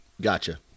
Gotcha